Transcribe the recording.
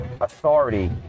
authority